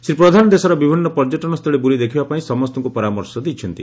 ଶ୍ରୀ ପ୍ରଧାନ ଦେଶର ବିଭିନ୍ଦ ପର୍ଯ୍ୟଟନସ୍ଚଳୀ ବୁଲି ଦେଖିବା ପାଇଁ ସମସ୍ତଙ୍କୁ ପରାମର୍ଶ ଦେଇଛନ୍ତି